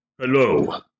Hello